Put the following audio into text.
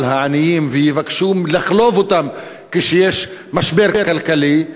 העניים ויבקשו לחלוב אותם כשיש משבר כלכלי,